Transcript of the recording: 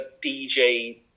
DJ